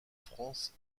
france